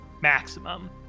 maximum